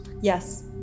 Yes